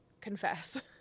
confess